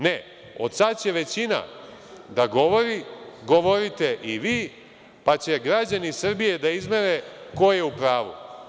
Ne, od sad će većina da govori, govorite i vi, pa će građani Srbije da izmere ko je u pravu.